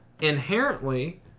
inherently